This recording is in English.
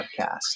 podcast